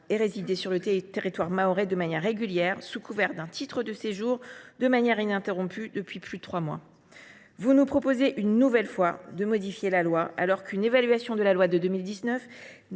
ait résidé sur le territoire mahorais de manière régulière, sous couvert d’un titre de séjour, et de manière ininterrompue depuis plus de trois mois. Vous nous proposez une nouvelle fois de modifier la loi, alors qu’aucune évaluation de la loi de 2018